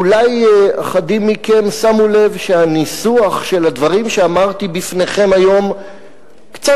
אולי רבים מכם שמו לב שהניסוח של הדברים שאמרתי בפניכם היום קצת